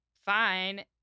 fine